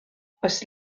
oes